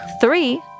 three